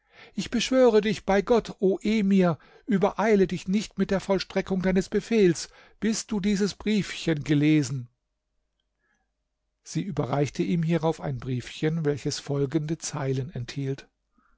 ich beschwöre dich bei gott o emir übereile dich nicht mit der vollstreckung deines befehls bis du dieses briefchen gelesen sie überreichte ihm hierauf ein briefchen welches folgende zeilen enthielt